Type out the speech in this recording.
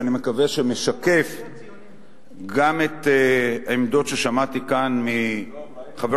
שאני מקווה שמשקף גם את העמדות ששמעתי כאן מחבר